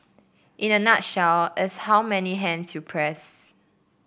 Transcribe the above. in a nutshell it's how many hands you press